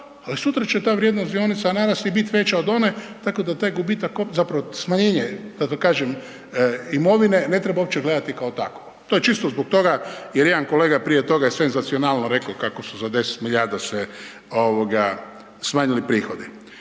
ali sutra će ta vrijednost dionica narasti i biti veća od one, tako da taj gubitak, zapravo smanjenje, zato kažem, imovine, ne treba uopće gledati kao takvo. To je čisto zbog toga jer jedan kolega prije toga je senzacionalno rekao kako su za 10 milijarda se smanjili prihodi.